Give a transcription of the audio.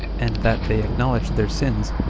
and that they acknowledge their sins,